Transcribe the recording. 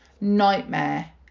nightmare